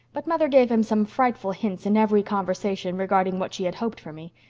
but mother gave him some frightful hints in every conversation regarding what she had hoped for me.